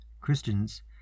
Christians